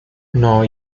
nor